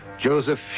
Joseph